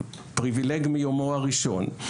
פריבילג במיומו הראשון,